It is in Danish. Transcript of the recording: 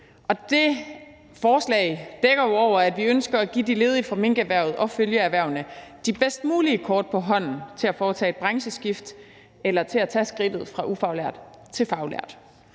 Det forslag dækker jo over, at vi ønsker at give de ledige fra minkerhvervet og følgeerhvervene de bedst mulige kort på hånden til at foretage et brancheskift eller til at tage skridtet fra ufaglært til faglært.